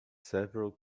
several